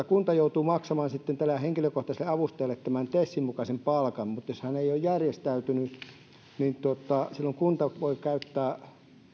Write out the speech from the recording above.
kunta joutuu maksamaan tälle henkilökohtaiselle avustajalle tesin mukaisen palkan mutta jos vammainen ei ole järjestäytynyt niin silloin kunta voi käyttää